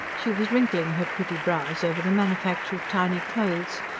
she was wrinkling her pretty brows over the manufacture of tiny clothes,